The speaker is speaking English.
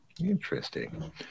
Interesting